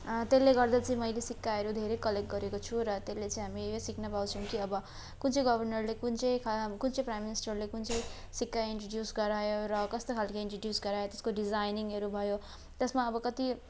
त्यसले गर्दा चाहिँ मैले सिक्काहरू धेरै कलेक्ट गरेको छु र त्यसले चाहिँ हामी यो सिक्न पाउँछौँ कि अब कुन चाहिँ गवर्नरले कुन चाहिँ कहाँ कुन चाहिँ प्राइम मिनिस्टरले कुन चाहिँ सिक्का इन्ट्रड्युस गरायो र कस्तो खालको इन्ट्रड्युस गरायो त्यसको डिजाइनिङहरू भयो त्यसमा अब कति